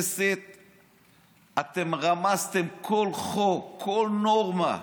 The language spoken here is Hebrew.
אתם רמסתם כל חוק, כל נורמה.